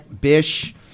Bish